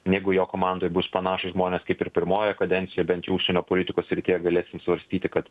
jeigu jo komandoj bus panašūs žmonės kaip ir pirmojoj kadencijoj bent jau užsienio politikos srityje galėsim svarstyti kad